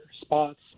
spots